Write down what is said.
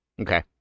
Okay